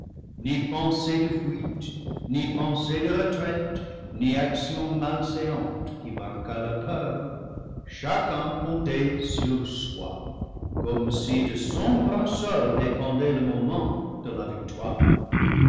ni pensée de fuite ni pensée de retraite ni action malséante qui marquât la peur chacun comptait sur soi comme si de son bras seul dépendait le moment de la victoire